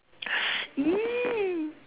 !ee!